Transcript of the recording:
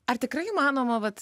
ar tikrai įmanoma vat